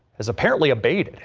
as apparently abate.